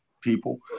people